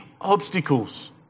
obstacles